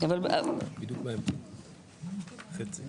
אני